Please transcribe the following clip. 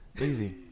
Easy